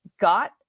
got